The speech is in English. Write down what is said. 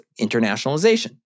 internationalization